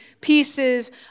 pieces